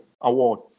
Award